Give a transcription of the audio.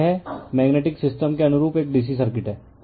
तो यह magnetic system के अनुरूप एक DC सर्किट है